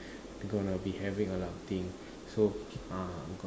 going to be having a lot of things so ah